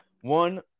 One